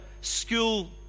school